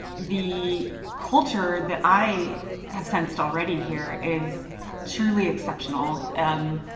the culture that i have sensed already here is truly exceptional. um